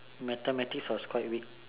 mathematics was quite weak